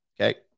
okay